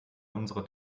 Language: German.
unsere